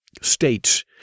states